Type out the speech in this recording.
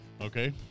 Okay